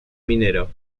minero